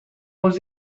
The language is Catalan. vos